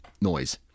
noise